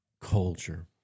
culture